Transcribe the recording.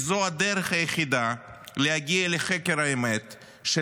כי זו הדרך היחידה להגיע לחקר האמת של